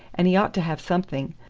and he ought to have something.